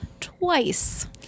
twice